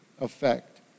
effect